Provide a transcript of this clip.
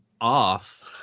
Off